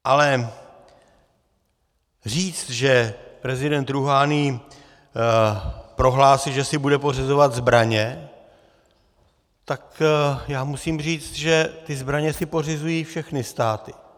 Ale říct, že prezident Rúhání prohlásil, že si bude pořizovat zbraně, tak já musím říct, že ty zbraně si pořizují všechny státy.